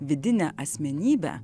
vidinę asmenybę